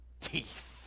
teeth